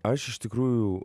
aš iš tikrųjų